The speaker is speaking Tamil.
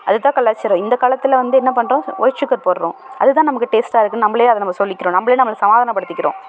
அது தான் கலாச்சாரம் இந்த காலத்தில் வந்து என்ன பண்ணுறோம் ஒயிட் சுகர் போடுகிறோம் அது தான் நமக்கு டேஸ்ட்டாக இருக்குனு நம்மளே அதை நம்ம சொல்லிக்கிறோம் நம்மளே நம்மளை சமாதானப்படுத்திக்கிறோம்